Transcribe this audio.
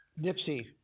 Dipsy